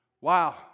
Wow